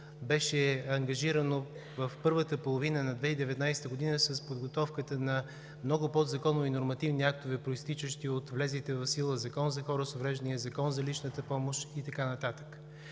беше ангажирано в първата половина на 2019 г. с подготовката на много подзаконови нормативни актове, произтичащи от влезлите в сила Закон за хора с увреждания, Закон за личната помощ и така